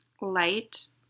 light